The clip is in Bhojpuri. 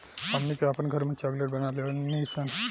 हमनी के आपन घरों में चॉकलेट बना लेवे नी सन